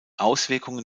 auswirkungen